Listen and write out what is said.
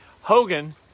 Hogan